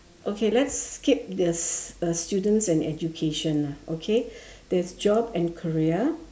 okay let's skip this uh students and education lah okay there is job and career